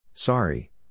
Sorry